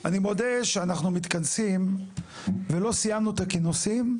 אני מודה שאנחנו מתכנסים ולא סיימנו את הכינוסים,